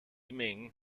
ming